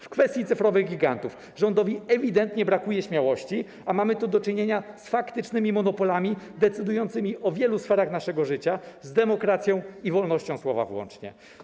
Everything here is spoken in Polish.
W kwestii cyfrowych gigantów rządowi ewidentnie brakuje śmiałości, a mamy tu do czynienia z faktycznymi monopolami decydującymi o wielu sferach naszego życia z demokracją i wolnością słowa włącznie.